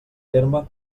terme